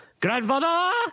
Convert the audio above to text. Grandfather